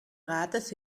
rates